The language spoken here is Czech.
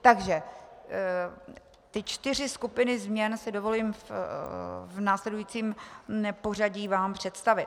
Takže ty čtyři skupiny změn si dovolím v následujícím pořadí vám představit.